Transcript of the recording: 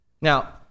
Now